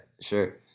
sure